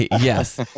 Yes